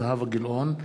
זהבה גלאון,